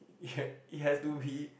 it has it has to be